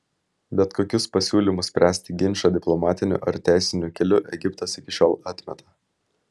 bet kokius pasiūlymus spręsti ginčą diplomatiniu ar teisiniu keliu egiptas iki šiol atmeta